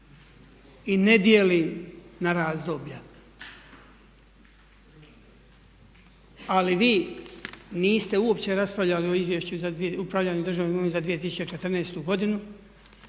i ne dijelim na razdoblja. Ali vi niste uopće raspravljali o Izvješću o upravljanju državnom imovinom za 2014. godinu,